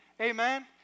Amen